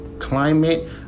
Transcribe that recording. climate